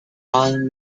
around